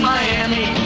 Miami